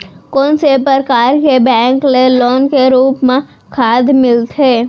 कोन से परकार के बैंक ले लोन के रूप मा खाद मिलथे?